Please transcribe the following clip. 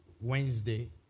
Wednesday